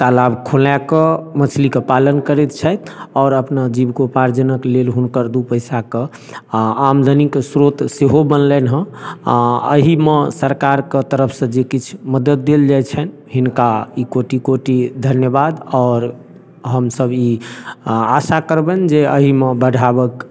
तालाब खुनाकऽ मछलीके पालन करैत छथि आओर अपना जीविकोपार्जनक लेल हुनकर दू पैसाके आमदनीक स्रोत सेहो बनलनिहँ अहीमे सरकारके तरफसँ जे किछु मदति देल जाइ छनि हिनका ई कोटि कोटि धन्यवाद आओर हमसब ई आशा करबनि जे अहीमे बढ़ाबक